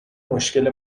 مشکل